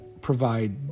provide